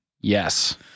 Yes